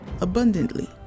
abundantly